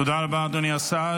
תודה רבה, אדוני השר.